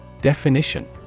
Definition